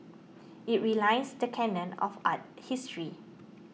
it realigns the canon of art history